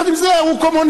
ועם זאת הוא קומוניסט?